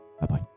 bye-bye